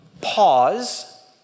pause